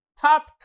top